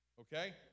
Okay